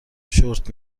شرت